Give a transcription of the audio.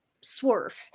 swerve